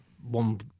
one